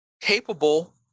capable